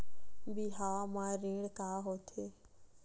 बिहाव म ऋण का होथे?